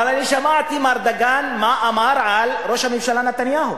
אבל אני שמעתי מה אמר מר דגן על ראש הממשלה נתניהו,